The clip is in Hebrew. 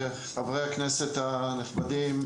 חברי הכנסת הנחמדים.